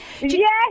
Yes